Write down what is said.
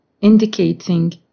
indicating